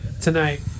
tonight